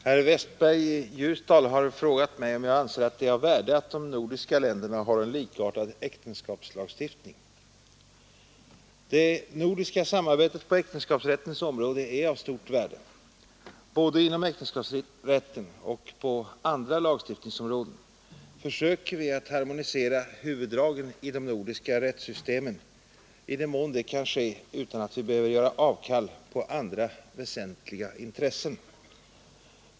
Herr talman! Herr Westberg i Ljusdal har frågat mig, om jag anser att det är av värde att de nordiska länderna har en likartad äktenskapslagstiftning. Det nordiska samarbetet på äktenskapsrättens område är av stort värde. Både inom äktenskapsrätten och på andra lagstiftningsområden försöker vi harmonisera huvuddragen i de nordiska rättssystemen i den mån det kan ske utan att vi behöver göra avkall på andra väsentliga intressen.